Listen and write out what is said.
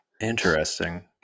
Interesting